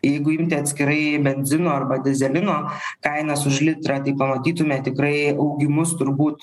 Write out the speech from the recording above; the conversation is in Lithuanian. jeigu imti atskirai benzino arba dyzelino kainas už litrą tai pamatytume tikrai augimus turbūt